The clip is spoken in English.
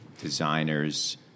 designers